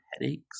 headaches